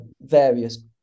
various